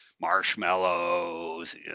marshmallows